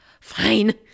fine